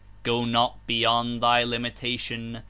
go not beyond thy limitation,